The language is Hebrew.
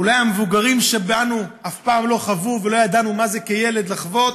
אולי המבוגרים שבנו אף פעם לא חוו ולא ידעו מה זה כילד לחוות,